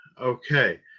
okay